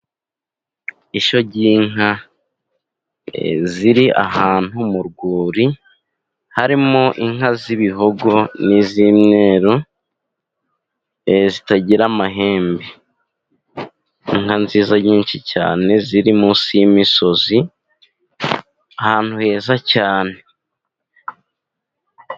Ishyo ry'inka ziri ahantu mu rwuri harimo inka z'ibihogo n'iz'umweru zitagira amahembe inka nziza nyinshi cyane ziri munsi y'imisozi ahantu heza cyane.